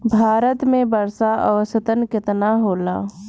भारत में वर्षा औसतन केतना होला?